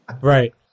right